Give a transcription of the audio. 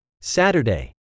Saturday